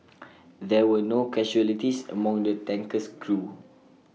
there were no casualties among the tanker's crew